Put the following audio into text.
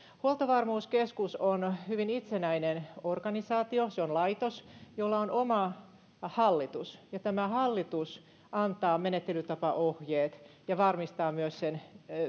huoltovarmuuskeskus on hyvin itsenäinen organisaatio se on laitos jolla on oma hallitus ja tämä hallitus antaa menettelytapaohjeet ja varmistaa myös sen